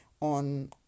on